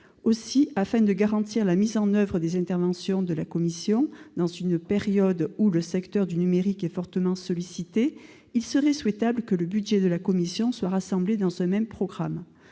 Aussi, afin de garantir la mise en oeuvre des interventions de la commission dans une période où le secteur du numérique est fortement sollicité, il serait souhaitable que son budget soit rassemblé dans un même programme.